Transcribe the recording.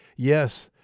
Yes